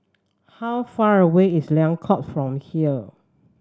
how far away is Liang Court from here